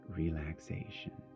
relaxation